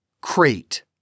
Crate